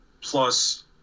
plus